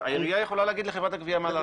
העירייה יכולה להגיד לחברת הגבייה מה לעשות.